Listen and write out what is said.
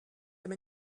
have